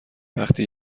وقتی